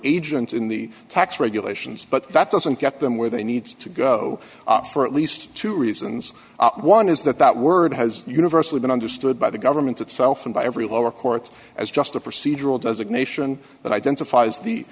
agents in the tax regulations but that doesn't get them where they need to go for at least two reasons one is that that word has universally been understood by the government itself and by every lower courts as just a procedural designation that identifies the